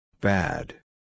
Bad